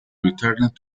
returned